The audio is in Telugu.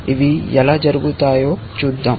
ఇవి ఎలా జరుగుతాయో చూద్దాం